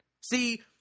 See